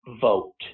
vote